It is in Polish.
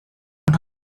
ona